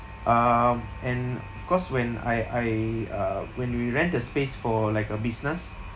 um and of course when I I uh when we rent a space for like a business